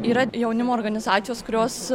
yra jaunimo organizacijos kurios